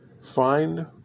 find